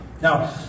Now